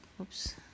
Oops